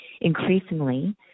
increasingly